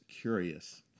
curious